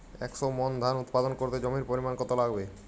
একশো মন ধান উৎপাদন করতে জমির পরিমাণ কত লাগবে?